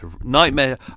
nightmare